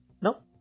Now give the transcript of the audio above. Nope